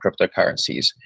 cryptocurrencies